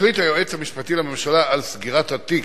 החליט היועץ המשפטי לממשלה על סגירת התיק,